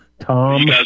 Tom